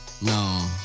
No